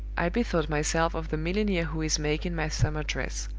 i bethought myself of the milliner who is making my summer dress.